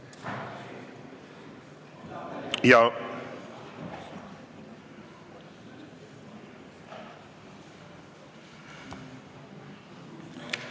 Ja